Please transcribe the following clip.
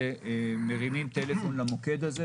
מרימים טלפון למוקד הזה.